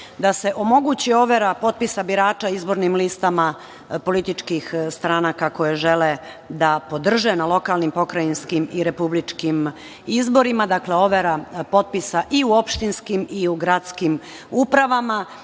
da se omogući overa potpisa birača izbornim listama političkih stranaka koje žele da podrže na lokalnim, pokrajinskim i republičkim izborima. Dakle, overa potpisa i u opštinskim i u gradskim upravama.